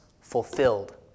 fulfilled